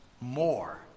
more